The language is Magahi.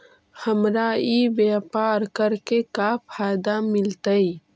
हमरा ई व्यापार करके का फायदा मिलतइ?